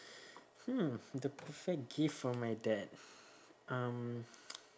hmm the perfect gift for my dad um